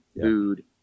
food